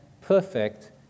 perfect